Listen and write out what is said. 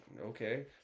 Okay